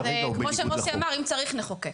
נכון, אז כמו שמוסי אמר, אם צריך נחוקק.